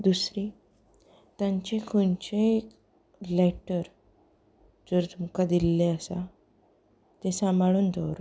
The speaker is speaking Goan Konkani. दुसरी तांचें खंयचेंय एक लेटर जर तुमकां दिल्लें आसा तें सांबाळून दवरप